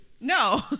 No